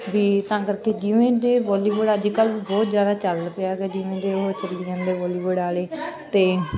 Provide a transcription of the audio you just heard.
ਵੀ ਤਾਂ ਕਰਕੇ ਜਿਵੇਂ ਦੇ ਬੋਲੀਵੁੱਡ ਅੱਜ ਕੱਲ੍ਹ ਬਹੁਤ ਜ਼ਿਆਦਾ ਚੱਲ ਪਿਆ ਗਾ ਜਿਵੇਂ ਜੇ ਉਹ ਚੱਲੀ ਜਾਂਦੇ ਬੋਲੀਵੁੱਡ ਵਾਲੇ ਅਤੇ